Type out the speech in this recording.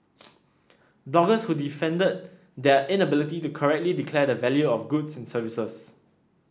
bloggers who defended their inability to correctly declare the value of goods and services